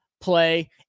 play